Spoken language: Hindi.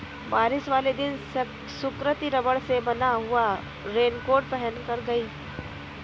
बारिश वाले दिन सुकृति रबड़ से बना हुआ रेनकोट पहनकर गई